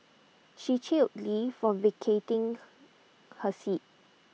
she chided lee for vacating her seat